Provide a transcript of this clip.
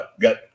got